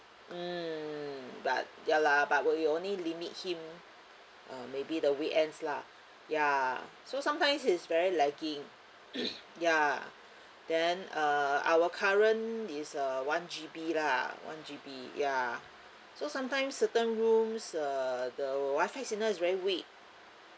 mm but ya lah but we only limit him uh maybe the weekends lah ya so sometimes it's very lagging ya then uh our current is uh one G_B lah one G_B ya so sometimes certain rooms err the WI-FI signal is very weak